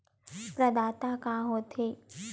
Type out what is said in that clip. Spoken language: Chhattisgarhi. प्रदाता का हो थे?